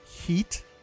heat